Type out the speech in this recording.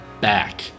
back